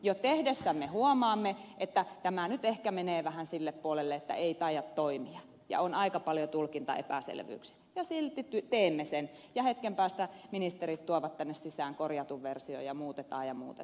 jo tehdessämme huomaamme että tämä nyt ehkä menee vähän sille puolelle että ei taida toimia ja on aika paljon tulkintaepäselvyyksiä ja silti teemme sen ja hetken päästä ministerit tuovat tänne sisään korjatun version ja muutetaan ja muutetaan